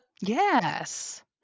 Yes